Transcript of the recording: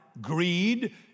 greed